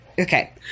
Okay